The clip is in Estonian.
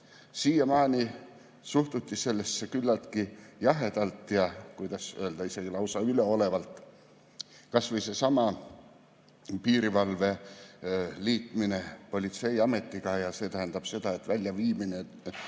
Siiamaani suhtuti sellesse küllaltki jahedalt ja, kuidas öelda, isegi üleolevalt. Kas või seesama piirivalve liitmine politseiametiga. See tähendab seda, et tema väljaviimine